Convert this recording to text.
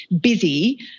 busy